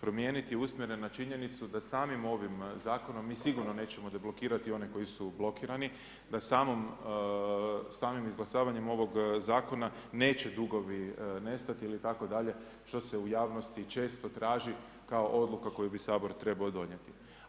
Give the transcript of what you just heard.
promijeniti usmjereno je na činjenicu da samim ovim zakonom mi sigurno nećemo deblokirati one koji su blokirani, da samim izglasavanjem ovog zakona neće dugovi nestati itd., što se u javnosti često traži kao odluka koju bi Sabor trebao donijeti.